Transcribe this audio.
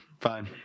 fine